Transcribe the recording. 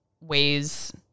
ways